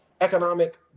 economic